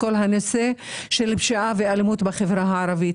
הוא כל הנושא של פשיעה ואלימות בחברה הערבית.